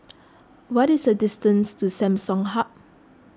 what is the distance to Samsung Hub